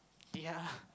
ya